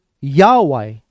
Yahweh